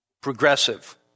Progressive